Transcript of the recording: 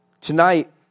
Tonight